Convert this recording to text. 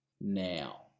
Now